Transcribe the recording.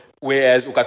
whereas